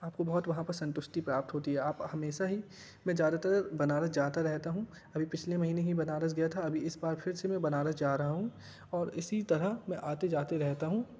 आपको बहुत वहाँ पे संतुष्टि प्राप्त होती है आप हमेशा ही मैं ज़्यादातर बनारस जाता रहता हूँ अभी पिछले महीने ही बनारस गया था अभी इस बार फिर से मैं बनारस जा रहा हूँ और इसी तरह मैं आते जाते रहता हूँ